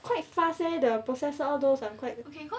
quite fast eh the process all those I'm quite